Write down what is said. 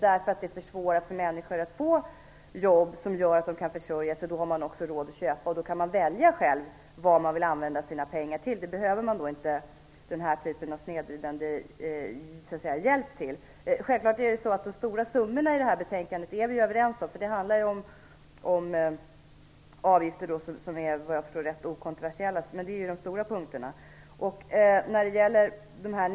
Det försvårar för människor att få jobb som gör att de kan försörja sig. Om de har jobb har de också råd att köpa. Då kan de välja själva vad de vill använda sina pengar till. Det behöver man inte den här typen av snedvridande hjälp till. De stora summorna i det här betänkandet är vi överens om. Det handlar ju om avgifter som är ganska okontroversiella, vad jag förstår. Men det är de stora punkterna.